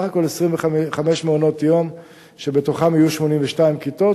25 מעונות יום שבתוכם יהיו 82 כיתות,